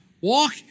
Walk